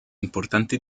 importante